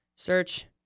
Search